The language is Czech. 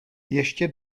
ještě